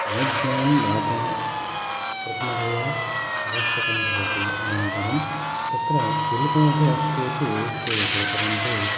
अनुज्ञां दात् प्रथमतया आवश्यकम् भवति अनन्तरं तत्र शुल्कमपि अस्ति इति श्रूयते परन्तु